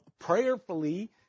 prayerfully